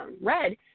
red